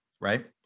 right